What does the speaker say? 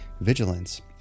Vigilance